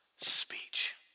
speech